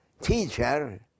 teacher